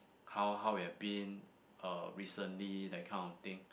how how we've been uh recently that kind of thing